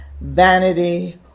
vanity